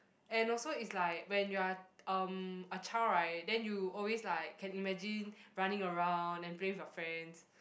and also it's like when you are um a child right then you always like can imagine running around then play with your friends